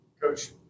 Coach